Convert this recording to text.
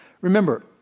remember